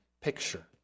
picture